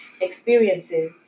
experiences